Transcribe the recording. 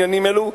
בעניינים אלו,